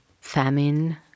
famine